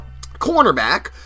cornerback